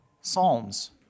psalms